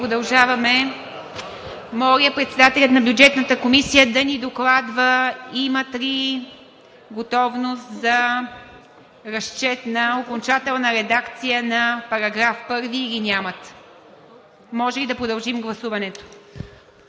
продължаваме. Моля председателят на Бюджетната комисия да ни докладва дали имат готовност за разчет на окончателна редакция на § 1, или нямат. Можем ли да продължим гласуването?